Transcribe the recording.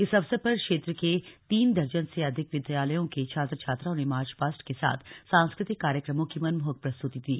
इस अवसर पर क्षेत्र के तीन दर्जन से अधिक विद्यालयों के छात्र छात्राओं ने मार्च पास्ट के साथ सांस्कृतिक कार्यक्रमों की मनमोहक प्रस्तुति दी